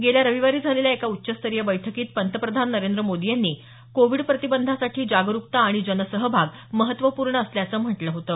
गेल्या रविवारी झालेल्या एका उच्चस्तरीय बैठकीत पंतप्रधान नरेंद्र मोदी यांनी कोविड प्रतिबंधासाठी जागरुकता आणि जनसहभाग महत्वपूर्ण असल्याचं म्हटलं होतं